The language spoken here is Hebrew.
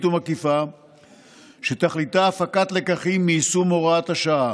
ומקיפה שתכליתה הפקת לקחים מיישום הוראת השעה.